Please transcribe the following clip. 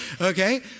Okay